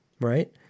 right